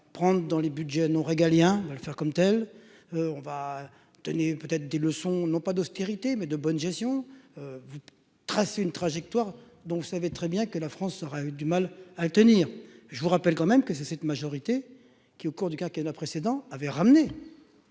prendre dans les Budgets non régaliens va le faire comme telle, on va peut être des leçons n'ont pas d'austérité mais de bonne gestion vous tracer une trajectoire dont vous savez très bien que la France, ça aura eu du mal à tenir, je vous rappelle quand même que c'est cette majorité qui, au cours du quinquennat précédent avait ramené